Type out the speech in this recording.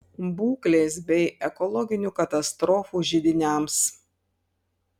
būklės bei ekologinių katastrofų židiniams